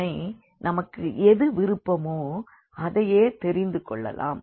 இதில் நமக்கு எது விருப்பமோ அதையே தெரிந்து கொள்ளலாம்